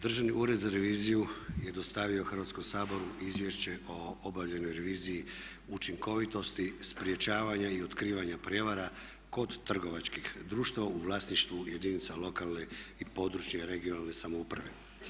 Državni ured za reviziju je dostavio Hrvatskom saboru Izvješće o obavljenoj reviziji učinkovitosti, sprječavanja i otkrivanja prijevara kod trgovačkih društava u vlasništvu jedinica lokalne i područne (regionalne) samouprave.